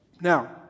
Now